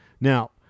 now